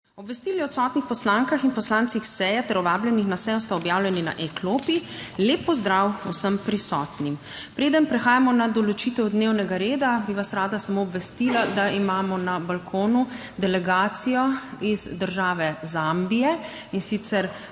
Obvestili odsotnih poslankah in poslancih seje ter o vabljenih na sejo sta objavljeni na e-klopi. Lep pozdrav vsem prisotnim! Preden prehajamo na določitev dnevnega reda, bi vas rada samo obvestila, da imamo na balkonu delegacijo iz države Zambije, in sicer